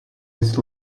its